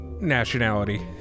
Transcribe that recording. nationality